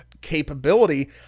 capability